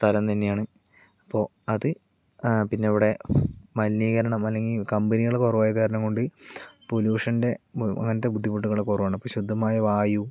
സ്ഥലം തന്നെയാണ് ഇപ്പോൾ അത് പിന്നവിടെ മലിനീകരണം അല്ലങ്കിൽ കമ്പനികള് കുറവായത് കാരണം കൊണ്ട് പൊല്യൂഷൻ്റെ അങ്ങനത്തെ ബുദ്ധിമുട്ടുകള് കുറവാണ് അപ്പം ശുദ്ധമായ വായു